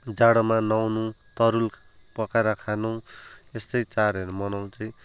जाडोमा नुहाउनु तरूल पकाएर खानु यस्तै चाढहरू मनाउँछ